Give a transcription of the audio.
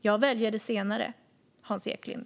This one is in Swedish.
Jag väljer det senare, Hans Eklind.